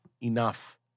Enough